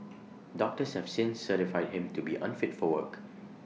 doctors have since certified him to be unfit for work